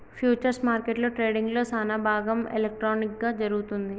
futures మార్కెట్లో ట్రేడింగ్లో సానాభాగం ఎలక్ట్రానిక్ గా జరుగుతుంది